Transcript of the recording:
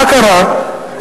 מה קרה?